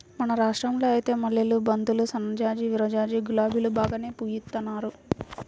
మన రాష్టంలో ఐతే మల్లెలు, బంతులు, సన్నజాజి, విరజాజి, గులాబీలు బాగానే పూయిత్తున్నారు